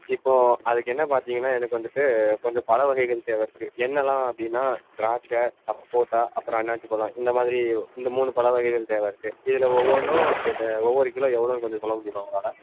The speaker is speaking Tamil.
இப்போது அதுக்கு என்ன பார்த்தீங்கனா எனக்கு வந்துட்டு கொஞ்சம் பழவகைகள் தேவையிருக்கு என்னெலாம் அப்படின்னா திராட்சை சப்போட்டா அப்புறம் அன்னாசி பழம் இந்த மாதிரி இந்த மூணு பழ வகைகள் தேவையிருக்கு இதில் ஒவ்வொன்றும் எதை ஒவ்வொரு கிலோ எவ்வளோன்னு கொஞ்சம் சொல்ல முடியுமா உங்களால்